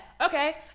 okay